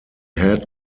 had